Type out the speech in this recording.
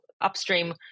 upstream